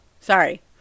sorry